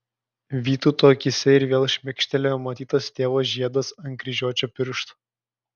vytauto akyse ir vėl šmėkštelėjo matytas tėvo žiedas ant kryžiuočio piršto